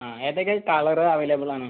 ആ ഏതൊക്കെ colour available ആണ്